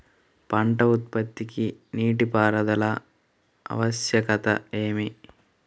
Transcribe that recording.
పంట ఉత్పత్తికి నీటిపారుదల ఆవశ్యకత ఏమి?